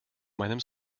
meinem